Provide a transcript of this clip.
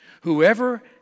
Whoever